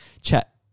chat